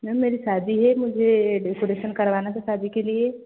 ma'am मेरी शादी है मुझे डेकोरेशन करवाना था शादी के लिए